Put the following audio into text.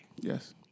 Yes